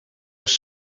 was